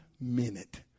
minute